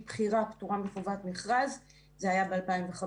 בכירה פטורה מחובת מכרז, זה היה ב-2015,